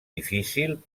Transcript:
difícil